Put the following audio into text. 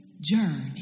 journey